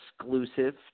exclusive